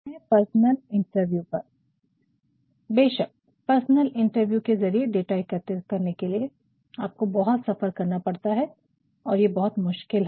फिर आते है पर्सनल इंटरव्यू बेशक पर्सनल इंटरव्यू के ज़रिये डाटा एकत्रित करने के लिए आपको बहुत सफर करना पड़ता है और ये बहुत मुश्किल है